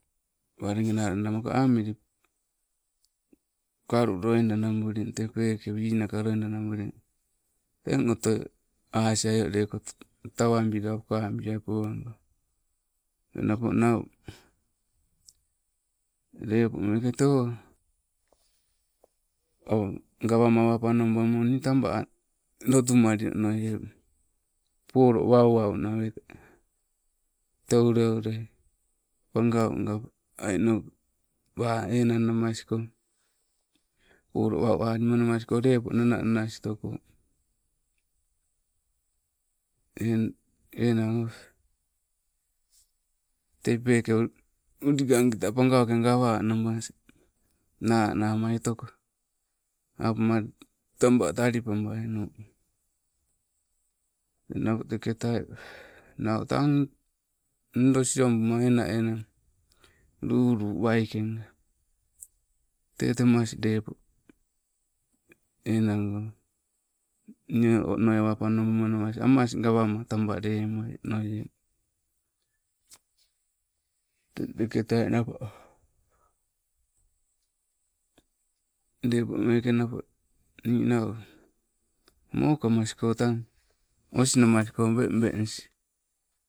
Walengena loida, maka amili, kalu loida nambuli tee peeke winaka loida nambuli, teng otoi asiaioleko tawambila ukawabiai pawango. Eng napo nau, leppo mekee tee oh gawama awe panobamo nii taba a lotu malinoie, polo wanwan nawete tee ule ulei, pangaunga enang namasko poloo wau alima namasko lepo nannanastoko eng enang oh teu pekau ulikangketai pagauke gawanamas nanamaitoko apamma taba talipabaino. Enang napo teketai nau tang, naoo siiombama ena enang lulu weikengo, tee temas lepo enango nne onoi awa panobamano hamas gawama taba lemoinoie. Teng teketai napo, lepo meeke napo nii nau mokamasko tang osnamosko be'benis.